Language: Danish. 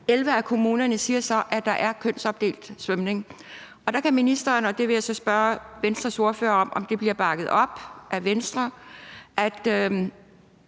11 af kommunerne siger så, at de har kønsopdelt svømning. Der vil jeg gerne høre fra ministeren – og jeg vil så spørge Venstres ordfører, om det bliver bakket op af Venstre –